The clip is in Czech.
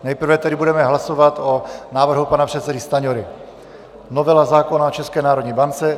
Nejprve tedy budeme hlasovat o návrhu pana předsedy Stanjury, novela zákona o České národní bance.